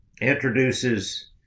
introduces